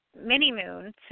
Minimoon